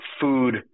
food